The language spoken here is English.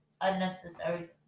Unnecessary